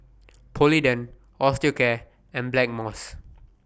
Polident Osteocare and Blackmores